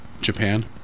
Japan